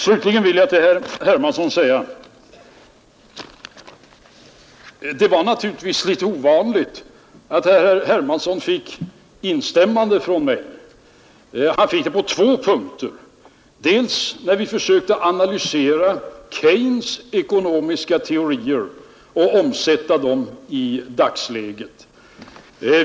Slutligen vill jag till herr Hermansson i Stockholm säga, att det naturligtvis var litet ovanligt att herr Hermansson fick ett instämmande från mig, när vi försökte att analysera Keynes ekonomiska teorier och omsätta dem i dagsläget.